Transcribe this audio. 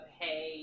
hey